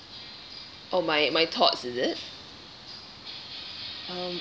oh my my thoughts is it um